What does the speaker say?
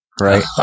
right